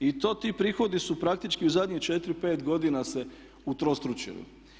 I to ti prihodi su praktički u zadnjih 4, 5 godina se utrostručili.